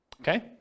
Okay